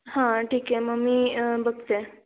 हां ठीक आहे मग मी बघते